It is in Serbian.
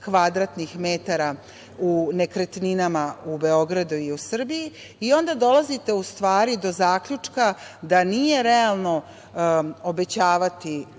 kvadratnih metara u nekretninama u Beogradu i u Srbiji, i onda dolazite u stvari do zaključka da nije realno obećavati